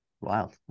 Wild